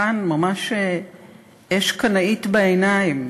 כאן, ממש אש קנאית בעיניים.